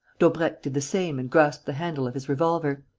daubrecq did the same and grasped the handle of his revolver.